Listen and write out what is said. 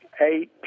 eight